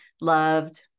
loved